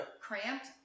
cramped